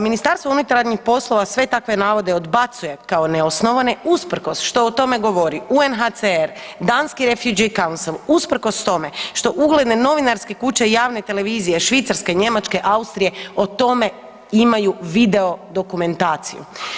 Ministarstvo unutarnjih poslova sve takve navode odbacuje kao neosnovane usprkos što o tome govori UNHCR, danski Rafiq kancel, usprkos tome što ugledne novinarske kuće i javne televizije Švicarske, Njemačke, Austrije o tome imaju video dokumentaciju.